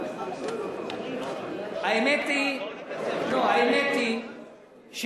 האמת היא,